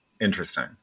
Interesting